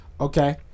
Okay